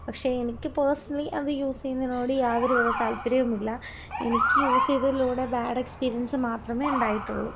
പക്ഷെ എനിക്ക് പേഴ്സ്ണലി അത് യൂസീയ്യുന്നതിനോട് യാതൊരുവിധ താല്പര്യവുമില്ല എനിക്ക് യൂസീതതിലൂടെ ബാഡെക്സ്പീരിയൻസ് മാത്രമെ ഉണ്ടായിട്ടുളളു